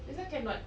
this [one] cannot